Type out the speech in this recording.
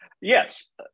Yes